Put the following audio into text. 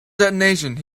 detonation